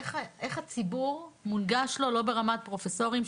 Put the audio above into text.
איך הציבור מונגש לו לא ברמת פרופסורים,